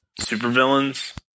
supervillains